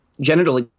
genital